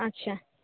ᱟᱪᱪᱷᱟ